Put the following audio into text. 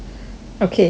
okay very good